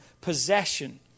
possession